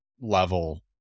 level